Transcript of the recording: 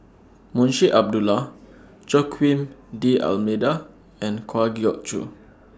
Munshi Abdullah Joaquim D'almeida and Kwa Geok Choo